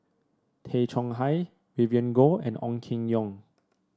Tay Chong Hai Vivien Goh and Ong Keng Yong